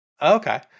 Okay